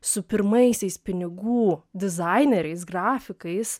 su pirmaisiais pinigų dizaineriais grafikais